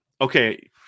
Okay